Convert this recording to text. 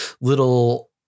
little